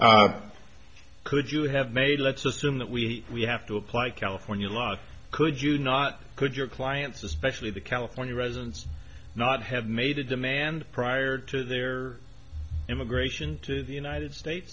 could you have made let's assume that we have to apply california law could you not could your clients especially the california residents not have made a demand prior to their immigration to the united states